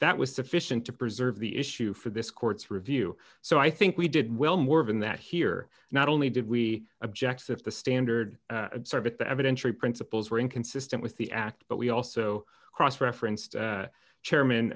that was sufficient to preserve the issue for this court's review so i think we did well more of in that here not only did we object if the standard serve at the evidentiary principles were inconsistent with the act but we also cross referenced chairman